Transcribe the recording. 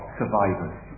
survivors